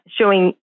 showing